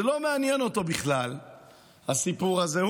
זה לא מעניין אותו בכלל הסיפור הזה.